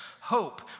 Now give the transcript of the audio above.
hope